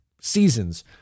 Seasons